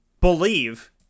believe